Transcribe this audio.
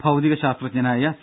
ഭൌതികശാസ്ത്രജ്ഞനായ C